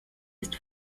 ist